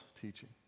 teaching